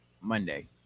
Monday